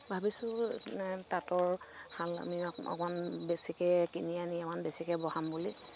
ভাবিছো তাঁতৰ শাল আমি অকণমান বেছিকৈ কিনি আনি অকণমান বেছিকৈ বহাম বুলি